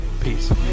peace